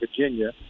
Virginia